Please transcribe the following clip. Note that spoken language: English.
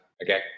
Okay